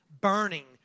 burning